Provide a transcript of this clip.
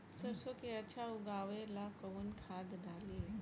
सरसो के अच्छा उगावेला कवन खाद्य डाली?